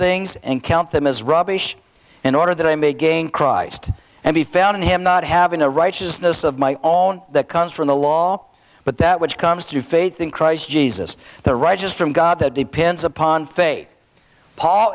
things and count them as rubbish in order that i may gain christ and be found in him not having a righteousness of my own that comes from the law but that which comes through faith in christ jesus the righteous from god that depends upon faith paul